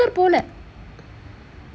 sundar போல:pola